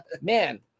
Man